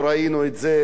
לצערי הרב,